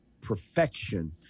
perfection